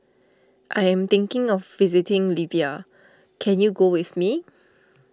I am thinking of visiting Libya can you go with me